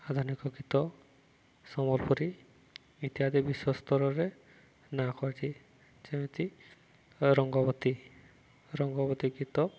ଆଧୁନିକ ଗୀତ ସମ୍ବଲପୁରୀ ଇତ୍ୟାଦି ବିଶ୍ୱସ୍ତରରେ ନାଁ କରିଛି ଯେମିତି ରଙ୍ଗବତୀ ରଙ୍ଗବତୀ ଗୀତ